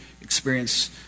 experience